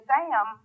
Sam